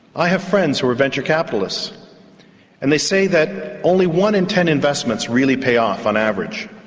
i have friends who are venture capitalists and they say that only one in ten investments really pay off on average.